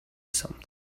something